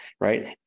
right